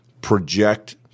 project